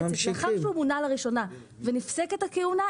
לאחר שמונה לראשונה ונפסקת הכהונה,